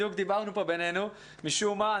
משום מה,